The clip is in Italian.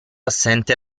assente